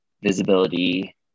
visibility